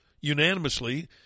unanimously